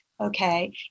okay